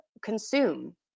consume